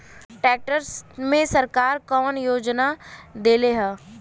Tractor मे सरकार कवन योजना देले हैं?